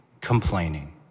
complaining